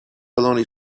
baloney